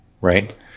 Right